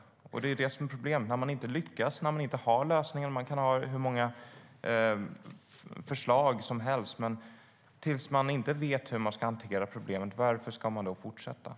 Det är det som är problemet. Man kan ha hur många förslag som helst, men om man inte vet hur man ska hantera problemet, varför ska man då fortsätta?